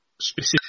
specific